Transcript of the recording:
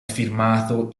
firmato